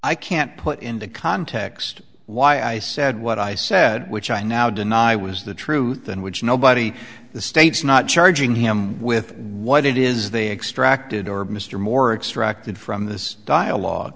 i can't put into context why i said what i said which i now deny was the truth in which nobody the state's not charging him with what it is they extracted or mr moore extracted from this dialogue